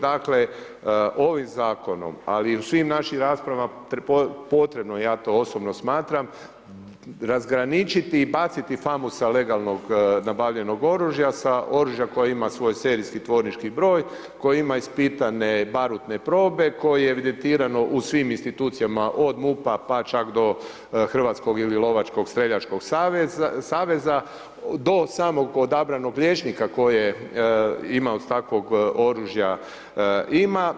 Dakle ovim zakonom ali i u svim našim raspravama potrebno je, ja to osobno smatram razgraničiti i baciti famu sa legalnog nabavljenog oružja, sa oružja koje ima svoj serijski, tvornički broj, koji ima ispitane barutne probe, koji je evidentiran u svim institucijama od MUP-a pa čak do Hrvatskog ili lovačkog, streljačkog saveza do samog odabranog liječnika koje ima od takvog oružja ima.